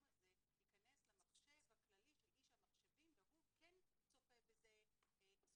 הזה ייכנס למחשב הכללי של איש המחשבים והוא כן צופה בזה.